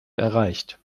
erreicht